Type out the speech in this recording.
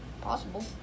possible